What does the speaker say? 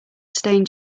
stained